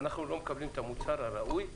לא מקבלים את המוצר הראוי,